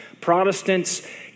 Protestants